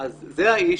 זה האיש,